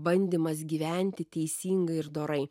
bandymas gyventi teisingai ir dorai